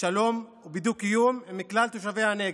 בשלום ובדו-קיום עם כלל תושבי הנגב.